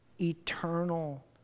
eternal